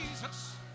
Jesus